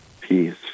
peace